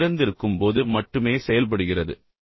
அது திறந்திருக்கும் போது மட்டுமே செயல்படுகிறது